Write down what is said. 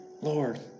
Lord